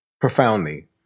profoundly